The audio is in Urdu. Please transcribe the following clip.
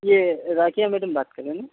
یہ راقیہ میڈم بات کر رہی ہیں